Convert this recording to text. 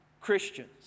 Christians